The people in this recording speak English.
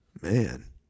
Man